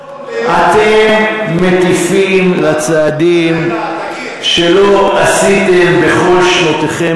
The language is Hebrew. אתם מטיפים לצעדים שלא עשיתם בכל שנותיכם